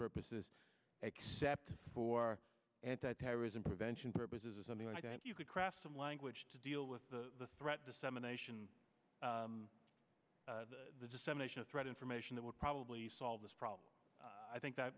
purposes except for anti terrorism prevention purposes or something like that you could craft some language to deal with the threat dissemination the dissemination of threat information that would probably solve this problem i think that